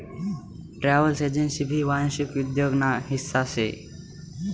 travel agency भी वांशिक उद्योग ना हिस्सा शे